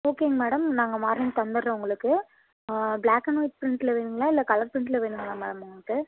ஓகேங்க மேடம் நாங்கள் மருந்து தந்துடுறோம் உங்களுக்கு ப்ளாக் அண்ட் ஒயிட் ப்ரிண்ட்டில் வேணுங்களா இல்லை கலர் ப்ரிண்ட்டில் வேணுங்களா மேம் உங்களுக்கு